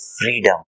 freedom